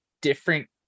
different